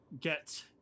get